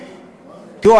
תראו,